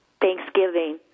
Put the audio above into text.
Thanksgiving